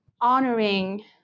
honoring